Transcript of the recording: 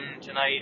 tonight